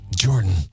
Jordan